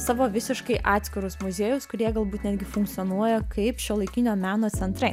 savo visiškai atskirus muziejus kurie gal būt netgi funkcionuoja kaip šiuolaikinio meno centrai